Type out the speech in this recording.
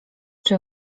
czy